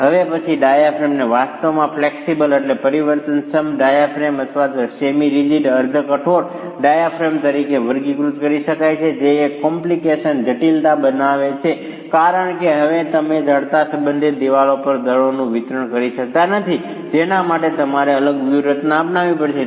હવે પછી ડાયાફ્રેમને વાસ્તવમાં ફ્લેક્સીબલ પરિવર્તનક્ષમ ડાયાફ્રેમ અથવા સેમી રીજીડ અર્ધ કઠોર ડાયાફ્રેમ તરીકે વર્ગીકૃત કરી શકાય છે જે એક કોમ્પ્લીકેસન જટિલતા બનાવે છે કારણ કે હવે તમે જડતા સંબંધિત દિવાલો પર દળોનું વિતરણ કરી શકતા નથી જેના માટે તમારે અલગ વ્યૂહરચના અપનાવવી પડશે